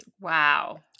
Wow